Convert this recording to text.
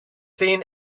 seen